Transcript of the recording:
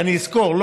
שאני אזכור,